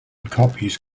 copies